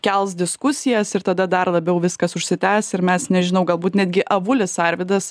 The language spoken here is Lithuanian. kels diskusijas ir tada dar labiau viskas užsitęs ir mes nežinau galbūt netgi avulis arvydas